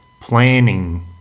planning